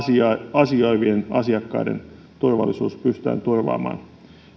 asioivien asiakkaiden turvallisuus pystytään turvaamaan